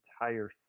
entire